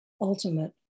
ultimate